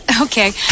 okay